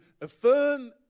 affirm